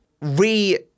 re-